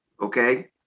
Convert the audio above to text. Okay